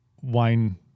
wine